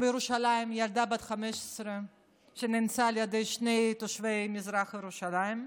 בירושלים ילדה בת 15 שנאנסה על ידי שני תושבי מזרח ירושלים,